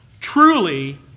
Truly